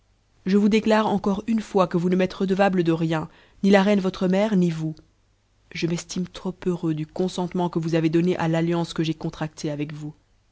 je vous déclare encore une fois que vous ne m'êtes redevables de rien ni la reine votre mère ni vous je m'estime trop heureux du consentement que vous avez donné à l'alliance que j'ai contractée avec vous